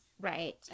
Right